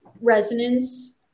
resonance